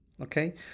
Okay